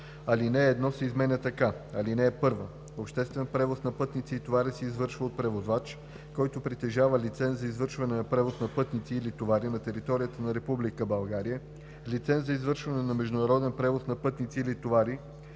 Алинея 1 се изменя така: „(1) Обществен превоз на пътници и товари се извършва от превозвач, който притежава лиценз за извършване на превоз на пътници или товари на територията на Република България, лиценз за извършване на международен превоз на пътници или товари